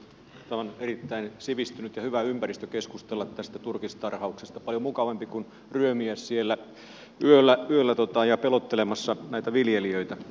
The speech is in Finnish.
tämä on erittäin sivistynyt ja hyvä ympäristö keskustella tästä turkistarhauksesta paljon mukavampi kuin ryömiä siellä yöllä pelottelemassa näitä viljelijöitä